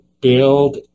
build